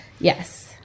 Yes